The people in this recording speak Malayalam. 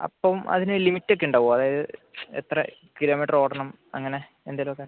അപ്പം അതിന് ലിമിറ്റ് ഒക്കെ ഉണ്ടാകുമോ അതായത് എത്ര കിലോമീറ്റർ ഓടണം അങ്ങനെ എന്തേലും ഒക്കെ